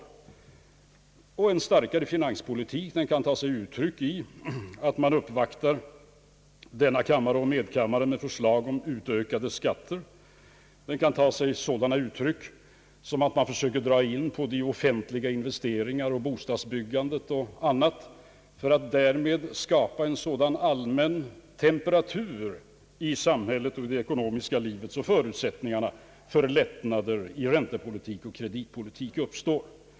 Önskemålet om en starkare finanspolitik kan ta sig uttryck i att man uppvaktar denna kammare och medkammaren med förslag om ökade skatter eller ta sig uttryck i att man försöker dra in på de offentliga investeringarna och bostadsbyggandet för att därmed skapa en sådan allmän temperatur i det ekonomiska livet, att förutsättningar för en lättnad i räntepolitiken och kreditpolitiken uppstår.